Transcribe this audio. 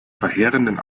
verheerenden